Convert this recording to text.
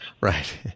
right